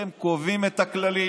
אתם קובעים את הכללים,